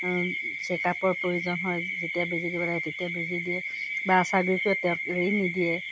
চেকআপৰ প্ৰয়োজন হয় যেতিয়া বেজি দিব লাগে তেতিয়া বেজি দিয়ে বা আশাগৰাকীয়ে তেওঁক এৰি নিদিয়ে